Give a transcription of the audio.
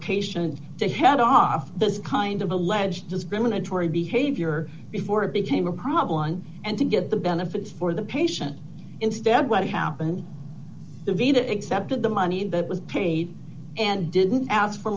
patient to head off this kind of alleged discriminatory behavior before it became a problem on and to give the benefits for the patient instead what happened the v a that accepted the money that was paid and didn't ask for